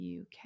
UK